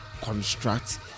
construct